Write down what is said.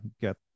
get